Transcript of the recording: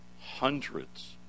hundreds